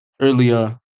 earlier